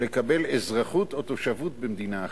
לקבל אזרחות או תושבות במדינה אחרת?